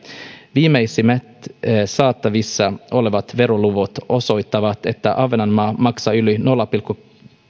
viimeisimmät saatavissa olevat veroluvut osoittavat että ahvenanmaa maksaa yli nolla pilkku